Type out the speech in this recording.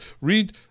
read